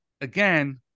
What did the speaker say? again